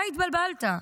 אתה התבלבלת,